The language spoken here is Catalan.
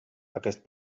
aquest